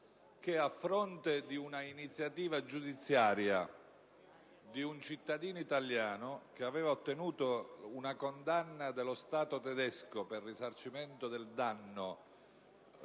che a fronte di una iniziativa giudiziaria di un cittadino italiano che aveva ottenuto una condanna dello Stato tedesco per il risarcimento del danno